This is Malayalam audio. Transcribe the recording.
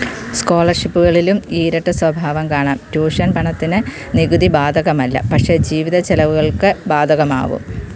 സ്കോളർഷിപ്പുകളിലും ഈ ഇരട്ടസ്വഭാവം കാണാം ട്യൂഷൻ പണത്തിന് നികുതി ബാധകമല്ല പക്ഷേ ജീവിത ചിലവുകൾക്ക് ബാധകമാവും